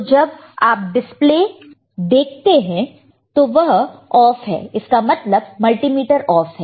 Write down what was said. तो जब डिस्प्ले पर देखते हैं तो वह ऑफ है इसका मतलब मल्टीमीटर ऑफ है